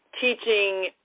teaching